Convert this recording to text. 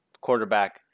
quarterback